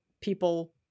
people